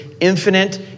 infinite